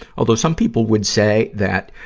although some people would say that,